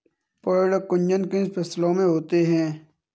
पर्ण कुंचन किन फसलों में होता है?